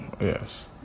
Yes